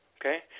Okay